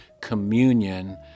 communion